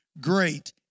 Great